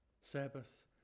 Sabbath